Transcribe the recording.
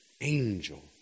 angel